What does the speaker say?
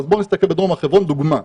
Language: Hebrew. אז בוא נסתכל בדרום הר חברון לדוגמה.